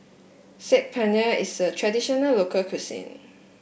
Saag Paneer is a traditional local cuisine